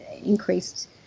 increased